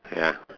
ya